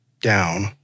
down